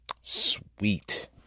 Sweet